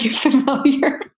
familiar